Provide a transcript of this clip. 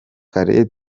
kare